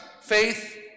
faith